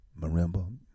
Marimba